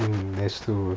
mm that's true